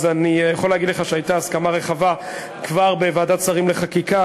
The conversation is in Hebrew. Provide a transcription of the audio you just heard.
אז אני יכול להגיד לך שהייתה הסכמה רחבה כבר בוועדת שרים לחקיקה,